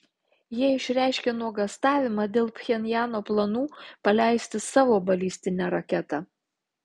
jie išreiškė nuogąstavimą dėl pchenjano planų paleisti savo balistinę raketą